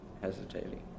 hesitating